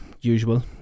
usual